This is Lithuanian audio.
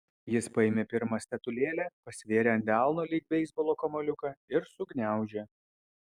jis paėmė pirmą statulėlę pasvėrė ant delno lyg beisbolo kamuoliuką ir sugniaužė